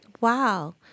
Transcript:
Wow